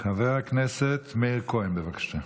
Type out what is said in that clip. חבר הכנסת מאיר כהן, בבקשה.